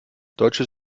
deutsche